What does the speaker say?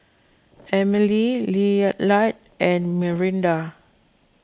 Emilie Lillard and Myranda